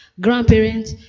grandparents